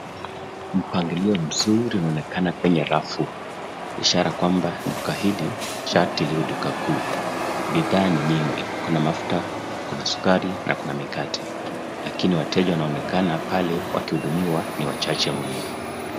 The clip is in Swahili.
Mpangilio mzuri unaonekana kwenye rafu, ishara kwamba duka hili, sharti liwe duka kuu. Bidhaa ni nyingi kuna mafuta, kuna sukari na kuna mikate; lakini wateja wanaoonekana pale wakihudumiwa ni wachache mno.